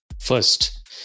first